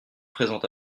présent